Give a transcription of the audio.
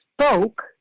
spoke